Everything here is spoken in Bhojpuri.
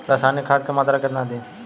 रसायनिक खाद के मात्रा केतना दी?